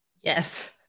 Yes